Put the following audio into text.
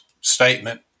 statement